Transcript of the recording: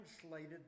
translated